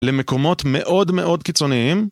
למקומות מאוד מאוד קיצוניים